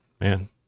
man